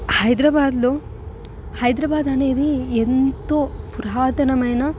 హైదరాబాద్లో హైదరాబాద్ అనేది ఎంతో పురాతనమైన